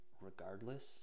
regardless